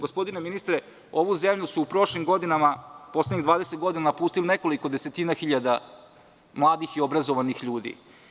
Gospodine ministre, ovu zemlju su u prošlim godinama poslednjih 20 godina napustili nekoliko desetina hiljada mladih i obrazovanih ljudi.